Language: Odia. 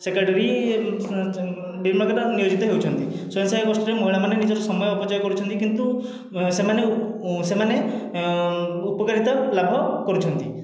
ସେକ୍ରେଟାରୀ ନିୟୋଜିତ ହେଉଛନ୍ତି ସ୍ୱୟଂ ସହାୟକ ଗୋଷ୍ଠିରେ ମହିଳାମାନେ ନିଜର ସମୟ ଅପଚୟ କରୁଛନ୍ତି କିନ୍ତୁ ସେମାନେ ସେମାନେ ଉପକରିତା ଲାଭ କରୁଛନ୍ତି